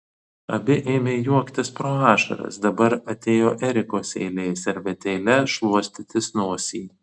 abi ėmė juoktis pro ašaras dabar atėjo erikos eilė servetėle šluostytis nosį